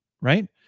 right